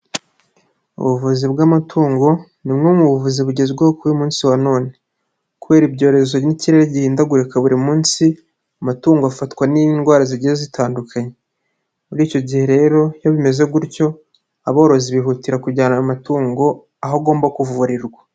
Ubuvuzi bw'amatungo ni bumwe mu buvuzi bugezweho kuri uyu munsi wa none. Kubera ibyorezo n'ikirere gihindagurika buri munsi, amatungo afatwa n'indwara zigiye zitandukanye. Muri icyo gihe rero iyo bimeze gutyo, aborozi bihutira kujyana ayo matungo aho agomba kuvurirwa.